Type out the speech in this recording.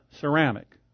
ceramic